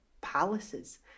palaces